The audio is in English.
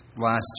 last